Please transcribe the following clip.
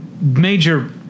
major